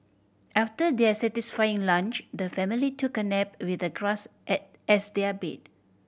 after their satisfying lunch the family took a nap with the grass as their bed